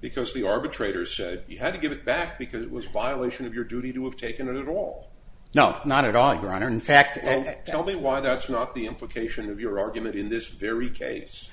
because the arbitrator said you had to give it back because it was violation of your duty to have taken it all no not at all greiner in fact and tell me why that's not the implication of your argument in this very case